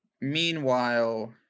Meanwhile